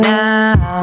now